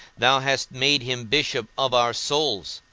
thou hast made him bishop of our souls,